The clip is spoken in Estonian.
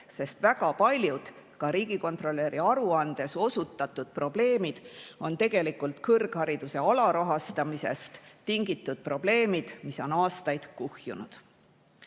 sest väga paljud ka riigikontrolöri aruandes osutatud probleemid on tegelikult kõrghariduse alarahastamisest tingitud probleemid, mis on aastaid kuhjunud.